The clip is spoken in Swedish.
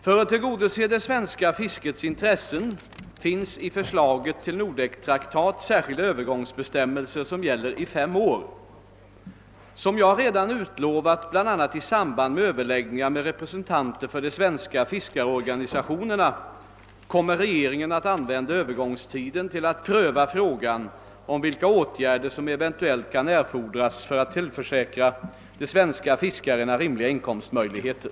För att tillgodose det svenska fiskets intressen finns i förslaget till Nordektraktat särskilda övergångsbestämmelser som gäller i fem år. Som jag redan ut lovat bl.a. i samband med överläggningar med representanter för de svenska fiskarorganisationerna kommer regeringen att använda Öövergångstiden till att pröva frågan om vilka åtgärder som eventuellt kan erfordras för att tillförsäkra de svenska fiskarna rimliga inkomstmöjligheter.